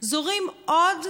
זורים עוד,